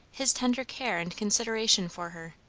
his tender care and consideration for her,